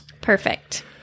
Perfect